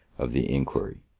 of the inquiry.